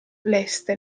leste